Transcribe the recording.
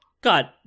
God